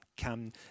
come